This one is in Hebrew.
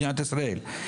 מדינת ישראל.